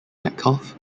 metcalfe